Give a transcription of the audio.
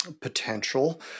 potential